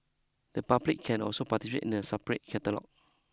the public can also participate in a separate category